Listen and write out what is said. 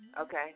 okay